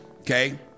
Okay